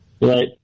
right